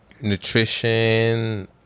nutrition